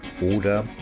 oder